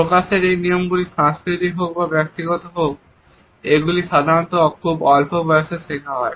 প্রকাশের এই নিয়মগুলি সাংস্কৃতিক হোক বা ব্যক্তিগত হোক এগুলি সাধারণত খুব অল্প বয়সে শেখা হয়